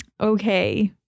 okay